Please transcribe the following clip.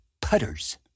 putters